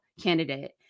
candidate